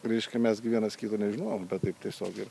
reiškia mes gi vienas kito nežinojom bet taip tiesiogiai ir